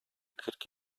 kırk